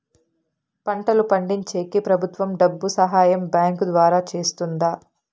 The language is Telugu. పంటలు పండించేకి ప్రభుత్వం డబ్బు సహాయం బ్యాంకు ద్వారా చేస్తుందా?